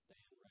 Dan